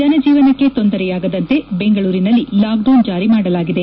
ಜನಜೀವನಕ್ಕೆ ತೊಂದರೆಯಾಗದಂತೆ ಬೆಂಗಳೂರಿನಲ್ಲಿ ಲಾಕ್ಡೌನ್ ಜಾರಿ ಮಾಡಲಾಗಿದೆ